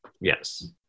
Yes